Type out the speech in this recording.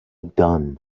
done